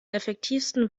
effektivsten